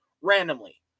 randomly